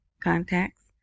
contacts